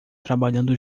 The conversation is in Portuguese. trabalhando